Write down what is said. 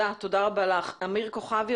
נמצא אתנו ב-זום אמיר כוכבי,